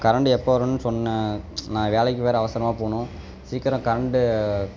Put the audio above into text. current எப்போ வரும்னு சொன்ன நான் வேலைக்கு வேற அவசரமாக போகணும் சீக்கிரம் கரண்டு